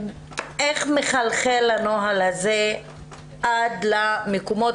איך מחלחל הנוהל הזה עד למקומות?